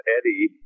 Eddie